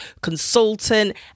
consultant